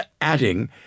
adding